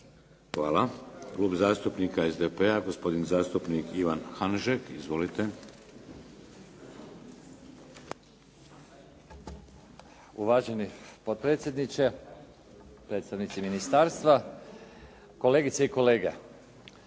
Hvala. Klub zastupnika SDP-a, gospodin zastupnik Ivan Hanžek. Izvolite. **Hanžek, Ivan (SDP)** Uvaženi potpredsjedniče, predstavnici ministarstva, kolegice i kolege.